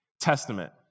Testament